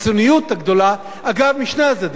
אגב, משני הצדדים,